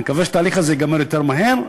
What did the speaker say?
אני מקווה שהתהליך הזה ייגמר יותר מהר.